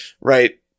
right